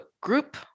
group